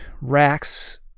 racks